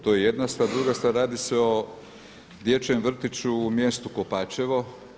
To je jedna stvar, druga stvar, radi se o dječjem vrtiću u mjestu Kopačevo.